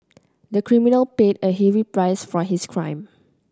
the criminal paid a heavy price for his crime